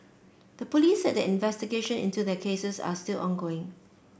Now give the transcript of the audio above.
the police said that investigation into their cases are still ongoing